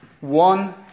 One